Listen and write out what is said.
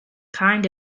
kind